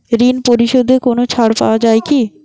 ঋণ পরিশধে কোনো ছাড় পাওয়া যায় কি?